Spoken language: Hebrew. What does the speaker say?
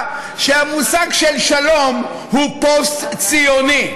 שהמושג של שלום בה הוא פוסט-ציוני.